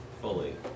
fully